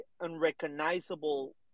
unrecognizable